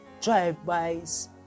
drive-bys